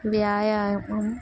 వ్యాయమం